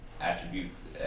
attributes